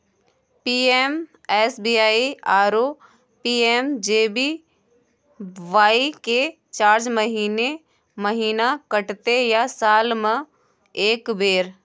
PMSBY आरो PMJBY के charge महीने महीना कटते या साल म एक बेर?